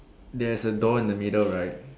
there is a door in the middle right